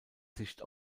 sicht